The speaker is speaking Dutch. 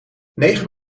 negen